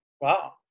Wow